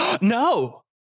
No